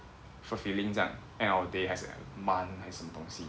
fulfilling 这样 end of the day 还是 like month 还什么东西